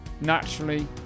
naturally